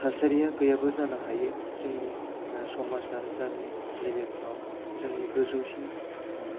थासारिया गैयाबो जानो हायो जोंनि समाज आरो गामि लेभेलफ्राव जोंनि गोजौसिन